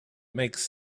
makes